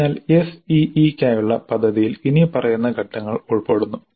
അതിനാൽ SEE ക്കായുള്ള പദ്ധതിയിൽ ഇനിപ്പറയുന്ന ഘട്ടങ്ങൾ ഉൾപ്പെടുന്നു